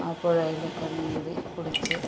ആ പുഴയിലൊക്കെ നീന്തി കുളിച്ച്